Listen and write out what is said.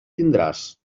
tindràs